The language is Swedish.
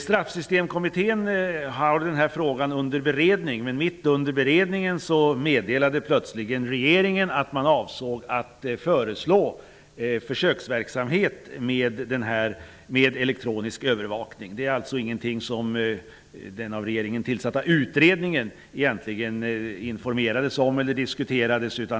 Straffsystemkommittén har den här frågan under beredning, men mitt under beredningen meddelade plötsligt regeringen att den avsåg att föreslå försöksverksamhet med elektronisk övervakning. Det var alltså ingenting som den av regeringen tillsatta utredningen informerades om eller diskuterade.